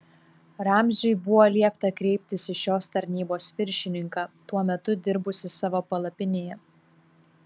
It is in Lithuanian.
ramziui buvo liepta kreiptis į šios tarnybos viršininką tuo metu dirbusį savo palapinėje